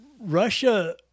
Russia